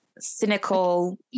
Cynical